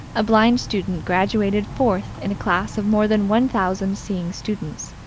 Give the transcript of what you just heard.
a blind student graduated fourth in a class of more than one thousand seeing students.